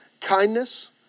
kindness